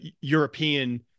European